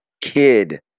kid